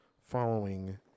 following